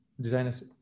designers